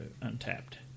untapped